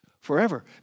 forever